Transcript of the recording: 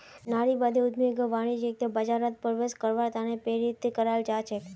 नारीवादी उद्यमियक वाणिज्यिक बाजारत प्रवेश करवार त न प्रेरित कराल जा छेक